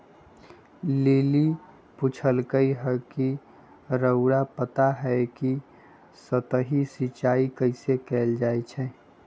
lily पुछलई ह कि रउरा पता हई कि सतही सिंचाई कइसे कैल जाई छई